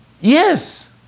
Yes